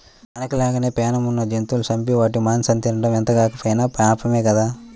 మనకి లానే పేణం ఉన్న జంతువులను చంపి వాటి మాంసాన్ని తినడం ఎంతగాకపోయినా పాపమే గదా